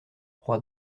roi